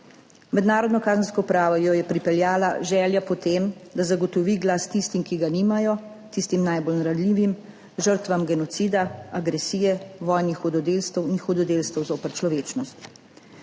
mednarodno kazensko pravo jo je pripeljala želja po tem, da zagotovi glas tistim, ki ga nimajo, tistim najbolj ranljivim, žrtvam genocida, agresije, vojnih hudodelstev in hudodelstev zoper človečnost.